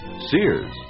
Sears